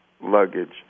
luggage